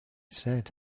said